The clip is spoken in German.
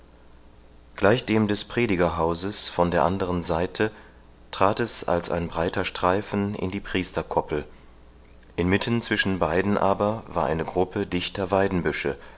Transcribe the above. gleich dem des predigerhauses von der anderen seite trat es als ein breiter streifen in die priesterkoppel inmitten zwischen beiden aber war eine gruppe dichter weidenbüsche